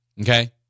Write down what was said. okay